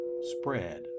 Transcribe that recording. spread